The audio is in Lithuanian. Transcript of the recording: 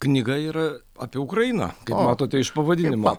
knyga yra apie ukrainą matote iš pavadinimo